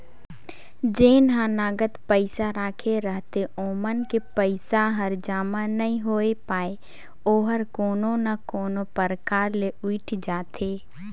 जेन ह नगद पइसा राखे रहिथे ओमन के पइसा हर जमा नइ होए पाये ओहर कोनो ना कोनो परकार ले उइठ जाथे